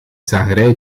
zagerij